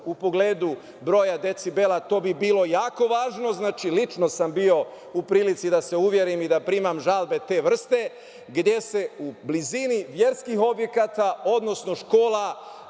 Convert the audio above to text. u pogledu broja decibela. To bi bilo jako važno. Lično sam bio u prilici da se uverim i da primam žalbe te vrste, gde se u blizini verskih objekata, odnosno škola